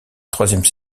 troisième